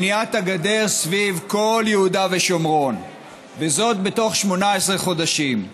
בניית הגדר סביב כל יהודה ושומרון בתוך 18 חודשים.